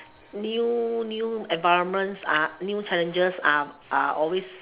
new new environments are new challenges are are always